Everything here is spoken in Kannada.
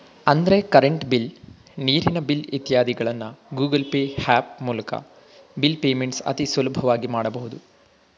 ಅಂದ್ರೆ ಕರೆಂಟ್ ಬಿಲ್, ನೀರಿನ ಬಿಲ್ ಇತ್ಯಾದಿಗಳನ್ನ ಗೂಗಲ್ ಪೇ ಹ್ಯಾಪ್ ಮೂಲ್ಕ ಬಿಲ್ ಪೇಮೆಂಟ್ಸ್ ಅತಿ ಸುಲಭವಾಗಿ ಮಾಡಬಹುದು